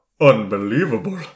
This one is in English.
unbelievable